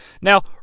Now